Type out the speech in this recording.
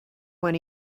when